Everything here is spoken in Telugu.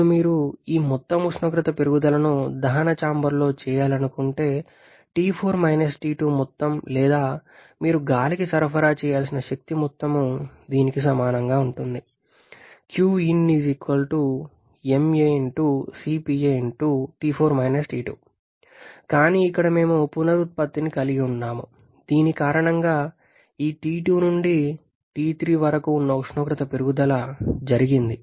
ఇప్పుడు మీరు ఈ మొత్తం ఉష్ణోగ్రత పెరుగుదలను దహన చాంబర్లో చేయాలనుకుంటే T4 − T2 మొత్తం లేదా మీరు గాలికి సరఫరా చేయాల్సిన శక్తి మొత్తం దీనికి సమానంగా ఉంటుంది కానీ ఇక్కడ మేము పునరుత్పత్తిని కలిగి ఉన్నాము దీని కారణంగా ఈ T2 నుండి T3 వరకు ఉష్ణోగ్రత పెరుగుదల జరిగింది